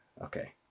okay